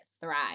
thrive